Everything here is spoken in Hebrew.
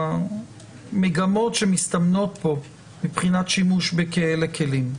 המגמות שמסתמנות בו מבחינת שימוש בכאלה כלים.